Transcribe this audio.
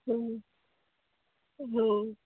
हो